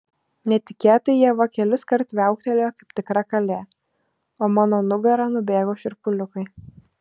netikėtai ieva keliskart viauktelėjo kaip tikra kalė o mano nugara nubėgo šiurpuliukai